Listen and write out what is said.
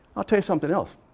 i'll tell you something else,